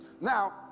now